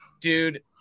Dude